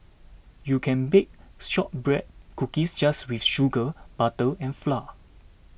you can bake Shortbread Cookies just with sugar butter and flour